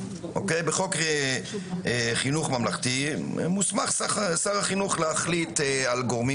בחוק חינוך ממלכתי מוסמך שר החינוך להחליט על גורמים